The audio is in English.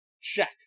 check